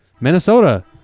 Minnesota